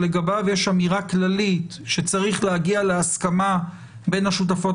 שלגביו יש אמירה כללית שצריך להגיע להסכמה בין השותפות